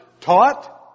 taught